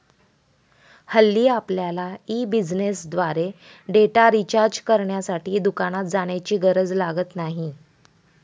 हल्ली आपल्यला ई बिझनेसद्वारे डेटा रिचार्ज करण्यासाठी दुकानात जाण्याची गरज लागत नाही